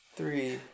Three